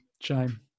Shame